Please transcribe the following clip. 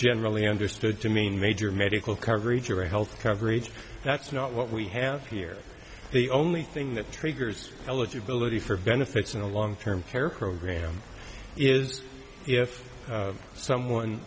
generally understood to mean major medical coverage or health coverage that's not what we have here the only thing that triggers eligibility for benefits in a long term care program is if someone